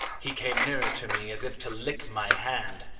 he came nearer to me as if to lick my hand.